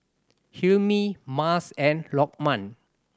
Hilmi Mas and Lokman